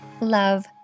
Love